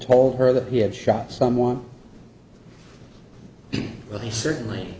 told her that he had shot someone but he certainly